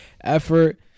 effort